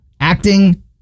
acting